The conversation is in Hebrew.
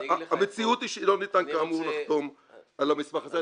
המציאות היא שלא ניתן כאמור לחתום על המסמך הזה.